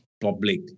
public